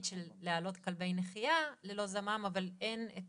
להעלות כלבי נחייה ללא זמם אבל אין את